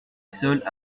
soldes